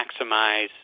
maximize